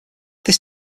this